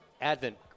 Advent